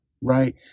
Right